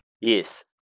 Yes